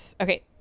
okay